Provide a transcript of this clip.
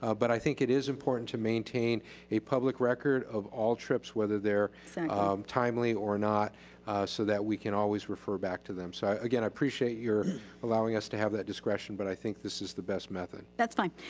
ah but i think it is important to maintain a public record of all trips, whether they're timely or not so that we can always refer back to them. so again, i appreciate you're allowing us to have that discretion, but i think this is the best method. that's fine.